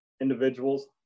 individuals